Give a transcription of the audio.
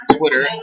Twitter